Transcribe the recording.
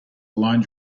line